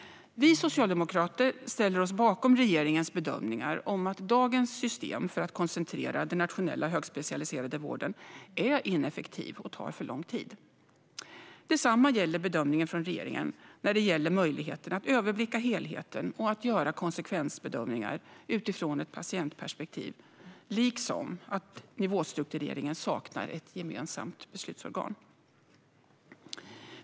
Vi socialdemokrater ställer oss bakom regeringens bedömningar att dagens system för att koncentrera den nationella högspecialiserade vården är ineffektivt och att det tar för lång tid. Detsamma gäller bedömningarna från regeringen när det gäller möjligheten att överblicka helheten och göra konsekvensbedömningar utifrån ett patientperspektiv samt beträffande det faktum att nivåstruktureringen saknar ett gemensamt beslutsorgan.